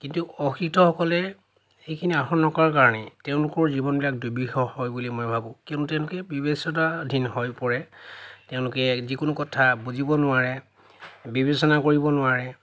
কিন্ত অশিক্ষিতসকলে সেইখিনি আহৰণ নকৰা কাৰণে তেওঁলোকৰ জীৱনবিলাক দুৰ্বিষহ হয় বুলি মই ভাবোঁ কিয়নো তেওঁলোকে বিবেচনাধীন হৈ পৰে তেওঁলোকে যিকোনো কথা বুজিব নোৱাৰে বিবেচনা কৰিব নোৱাৰে